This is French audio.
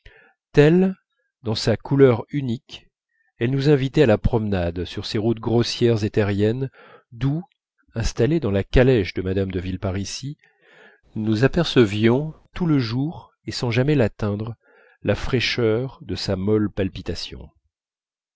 telle dans sa couleur unique elle nous invitait à la promenade sur ces routes grossières et terriennes d'où installés dans la calèche de mme de villeparisis nous apercevions tout le jour et sans jamais l'atteindre la fraîcheur de sa molle palpitation